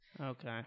Okay